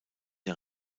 der